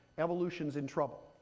evolution's in trouble.